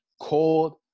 cold